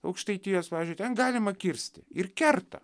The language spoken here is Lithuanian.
aukštaitijos pavyzdžiui ten galima kirsti ir kerta